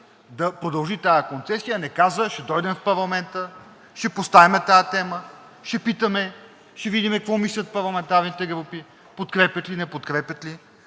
да продължи тази концесия, а не каза: ще дойдем в парламента, ще поставим тази тема, ще питаме, ще видим какво мислят парламентарните групи, подкрепят ли, не подкрепят ли,